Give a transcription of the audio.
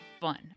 fun